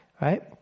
right